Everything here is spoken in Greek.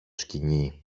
σκοινί